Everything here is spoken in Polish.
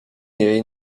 jej